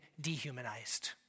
dehumanized